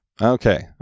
Okay